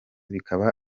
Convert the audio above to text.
bikaba